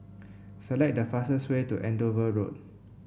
select the fastest way to Andover Road